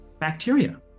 bacteria